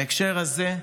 בהקשר הזה,